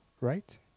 right